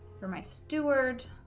for my stuart